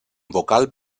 vocal